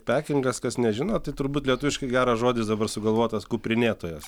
pekingas kas nežino tai turbūt lietuviškai geras žodis dabar sugalvotas kuprinėtojas